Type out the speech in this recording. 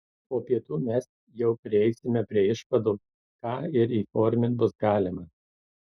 po pietų mes jau prieisime prie išvadų ką ir įformint bus galima